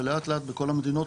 ולאט לאט בכל המדינות,